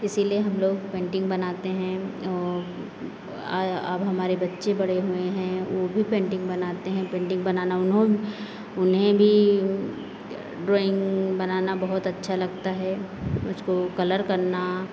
इसीलिए हम लोग पेंटिंग बनाते हैं अब हमारे बच्चे बड़े हुए हैं वो भी पेंटिंग बनाते हैं पेंटिंग बनाना उन्होंने उन्हें भी ड्राइंग बनाना बहुत अच्छा लगता है उसको कलर करना